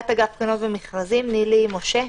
מי זו?